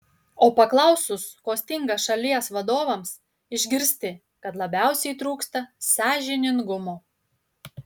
o paklausus ko stinga šalies vadovams išgirsti kad labiausiai trūksta sąžiningumo